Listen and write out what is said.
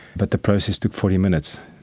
but the process took forty minutes.